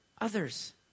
others